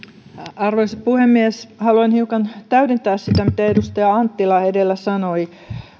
arvoisa puhemies haluan hiukan täydentää sitä mitä edustaja anttila edellä sanoi